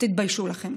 תתביישו לכם.